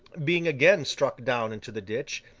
being again struck down into the ditch,